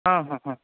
ହଁ ହଁ ହଁ